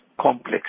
complex